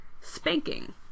spanking